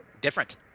different